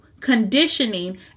conditioning